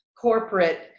corporate